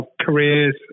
careers